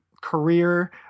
career